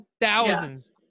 thousands